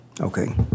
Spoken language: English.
Okay